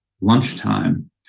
lunchtime